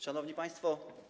Szanowni Państwo!